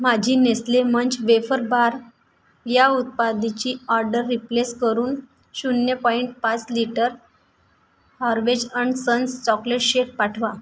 माझी Nestle Munch wafer bar या उत्पादीची ऑर्डर रिप्लेस करून शून्य पॉईंट पाच litre Harvey's and sons chocolate shake पाठवा